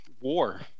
war